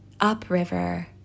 upriver